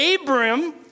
Abram